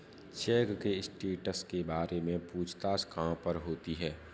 Check के status के बारे में पूछताछ कहाँ पर होती है?